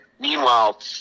meanwhile